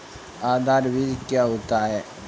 आधार बीज क्या होता है?